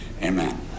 amen